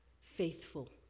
faithful